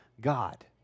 God